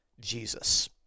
jesus